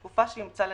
לתקופה שימצא לנכון,